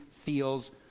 feels